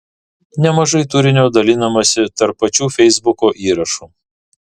nemažai turinio dalinamasi tarp pačių feisbuko įrašų